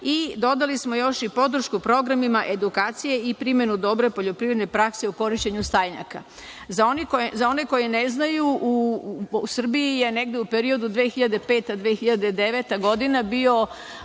i dodali smo još i podršku programima edukacije i primenu dobre poljoprivredne prakse u korišćenju stajnjaka.Za one koji ne znaju, u Srbiji je negde u periodu 2005-2009. godina bio